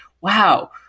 wow